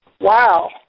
Wow